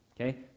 Okay